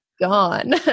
gone